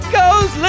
goes